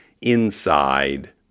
inside